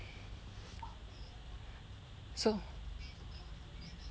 so